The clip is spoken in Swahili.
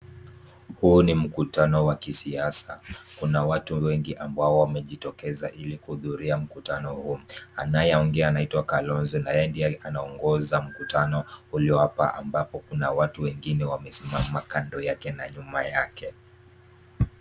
Huu ni mkutano wa kisiasa kuna watu wengi ambao wamejitokeza ili kuhudhuria mkutano huu. Anayeongea anaitwa Kalonzo na yeye ndiye anaongoza mkutano ulio hapa ambapo kuna watu wengine waliosimama kando yake na nyuma yake.